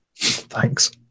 Thanks